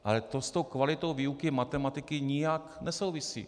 Ale to s tou kvalitou výuky matematiky nijak nesouvisí.